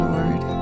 Lord